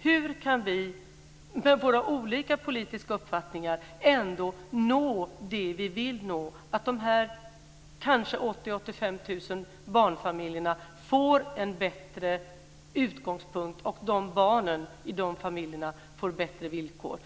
Hur kan vi med våra olika politiska uppfattningar ändå nå det vi vill nå, att de kanske 80 000-85 000 barnfamiljerna får en bättre utgångspunkt och att barnen i de familjerna får bättre villkor?